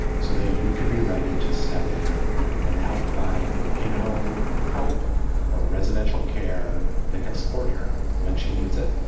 so there you can be ready to step in and help find in-home help or residential care that can support her when she needs it.